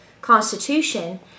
Constitution